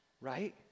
right